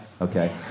okay